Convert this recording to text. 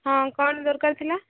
ହଁ କ'ଣ ଦରକାର ଥିଲା